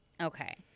Okay